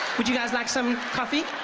would you guys like some coffee?